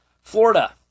Florida